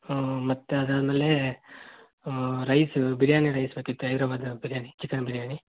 ಹಾಂ ಮತ್ತೆ ಅದಾದ್ಮೇಲೆ ರೈಸ್ ಬಿರ್ಯಾನಿ ರೈಸ್ ಬೇಕಿತ್ತು ಹೈದ್ರಬಾದ್ ಬಿರ್ಯಾನಿ ಚಿಕನ್ ಬಿರ್ಯಾನಿ